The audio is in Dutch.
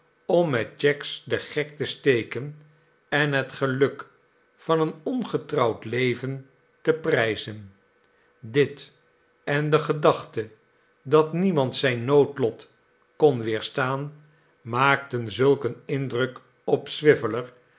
om metcheggs den gek te steken en het geluk van een ongetrouwd leven te prijzen dit en de gedachte dat niemand zijn noodlot kon weerstaan maakten zulk een indruk op